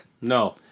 No